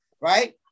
right